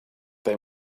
they